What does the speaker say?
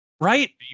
right